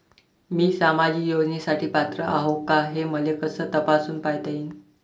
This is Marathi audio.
मी सामाजिक योजनेसाठी पात्र आहो का, हे मले कस तपासून पायता येईन?